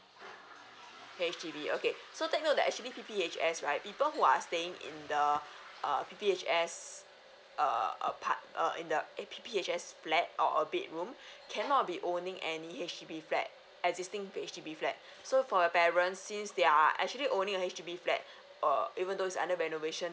H_D_B okay so take note that actually P_P_H_S right people who are staying in the err P_P_H_S err apart~ err in the a P_P_H_S flat or a big room cannot be owning any H_D_B flat existing H_D_B flat so for parents since they are actually owning a H_D_B flat or even though it's under renovation